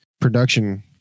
production